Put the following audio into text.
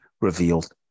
revealed